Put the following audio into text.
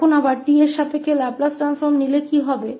Laplace को अब t के संबंध में बदलने से क्या होगा